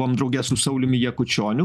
buvom drauge su sauliumi jakučioniu